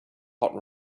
hot